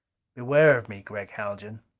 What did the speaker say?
beware of me, gregg haljan.